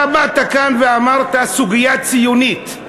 אתה באת לכאן ואמרת: סוגיה ציונית.